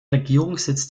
regierungssitz